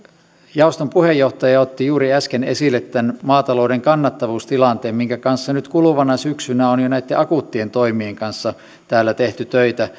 jaoston puheenjohtaja otti juuri äsken esille tämän maatalouden kannattavuustilanteen minkä kanssa nyt kuluvana syksynä on jo näitten akuuttien toimien kanssa täällä tehty töitä